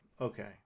okay